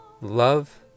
love